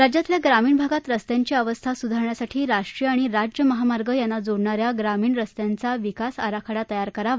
राज्यातल्या ग्रामीण भागात रस्त्यांची अवस्था सुधारण्यासाठी राष्ट्रीय आणि राज्य महामार्ग यांना जोडणाऱ्या ग्रामीण रस्त्यांचा विकास आराखडा तयार करावा